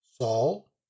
Saul